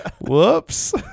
whoops